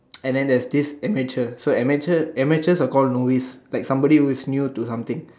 and then there's this amateur so amateur amateurs are called novice like somebody who is new to something